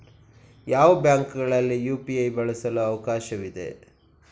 ಯಾವ ಬ್ಯಾಂಕುಗಳಲ್ಲಿ ಯು.ಪಿ.ಐ ಬಳಸಲು ಅವಕಾಶವಿದೆ?